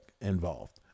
involved